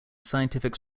scientific